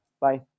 Bye